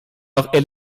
noch